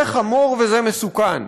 זה חמור וזה מסוכן.